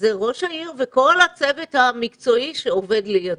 זה ראש העיר וכל הצוות המקצועי שעובד לידו.